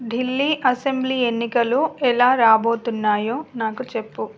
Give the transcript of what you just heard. Delhi assembly ఎన్నికలు ఎలా రాబోతున్నాయో నాకు చెప్పు